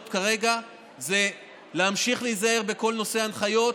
כרגע הוא להמשיך להיזהר בכל נושא ההנחיות,